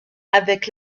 avec